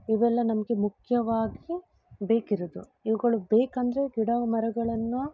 ಇವೆಲ್ಲ ನಮಗೆ ಮುಖ್ಯವಾಗಿ ಬೇಕಿರೋದು ಇವುಗಳು ಬೇಕಂದರೆ ಗಿಡ ಮರಗಳನ್ನು